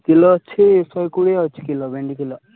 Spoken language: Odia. କିଲୋ ଅଛି ଶହେ କୋଡ଼ିଏ ଅଛି କିଲୋ ଭେଣ୍ଡି କିଲୋ